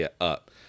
up